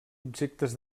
objectes